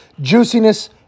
juiciness